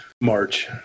March